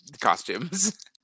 costumes